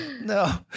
No